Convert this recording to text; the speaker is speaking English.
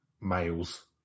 males